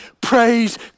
Praise